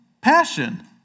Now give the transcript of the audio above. passion